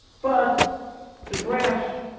but the graphs,